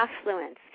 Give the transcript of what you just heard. affluence